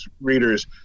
readers